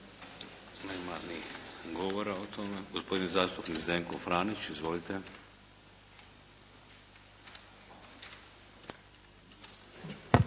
nema ni govora o tome. Gospodin zastupnik Zdenko Franić. Izvolite.